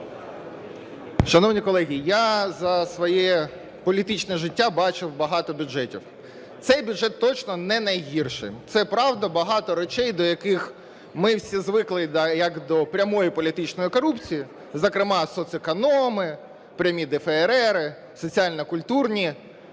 Шановні колеги, я за своє політичне життя бачив багато бюджетів. Цей бюджет точно не найгірший. Це правда. Багато речей, до яких ми всі звикли як до прямої політичної корупції, зокрема соцекономи, прямі ДФРР, соціально-культурні